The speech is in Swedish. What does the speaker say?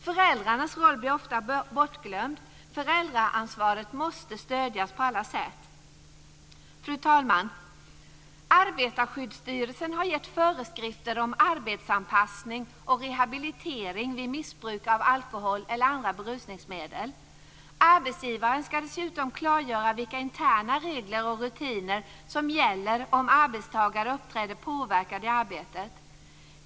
Föräldrarnas roll blir ofta bortglömd. Föräldraansvaret måste stödjas på alla sätt. Fru talman! Arbetarskyddsstyrelsen har gett ut föreskrifter om arbetsanpassning och rehabilitering vid missbruk av alkohol eller andra berusningsmedel. Arbetsgivaren ska dessutom klargöra vilka interna regler och rutiner som gäller om arbetstagare uppträder påverkad i arbetet.